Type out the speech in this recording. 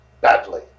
badly